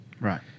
right